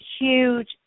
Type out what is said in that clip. huge